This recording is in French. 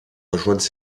rejoindre